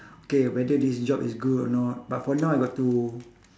okay whether this job is good or not but for now I got to